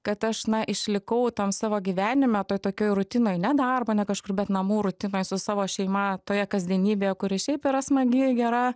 kad aš na išlikau tam savo gyvenime toj tokioj rutinoj ne darbo ne kažkur bet namų rutinoj su savo šeima toje kasdienybėje kuri šiaip yra smagi gera